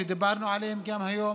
שדיברנו עליהם היום,